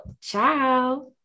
ciao